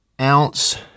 ounce